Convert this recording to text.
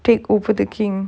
take over the king